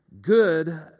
good